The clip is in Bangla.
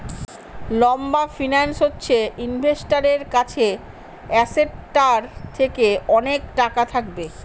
লম্বা ফিন্যান্স হচ্ছে ইনভেস্টারের কাছে অ্যাসেটটার থেকে অনেক টাকা থাকবে